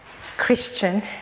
Christian